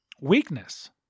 weakness